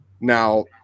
Now